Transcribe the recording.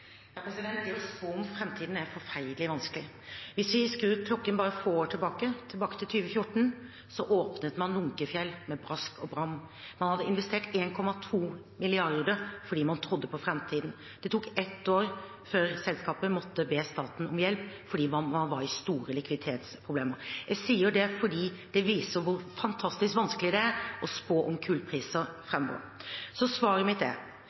om framtiden er forferdelig vanskelig. Hvis vi skrur klokken bare få år tilbake, tilbake til 2014, åpnet man Lunckefjell med brask og bram. Man hadde investert 1,2 mrd. kr fordi man trodde på framtiden. Det tok ett år før selskapet måtte be staten om hjelp fordi man var i store likviditetsproblemer. Jeg sier det fordi det viser hvor fantastisk vanskelig det er å spå om kullpriser framover. Svaret mitt er: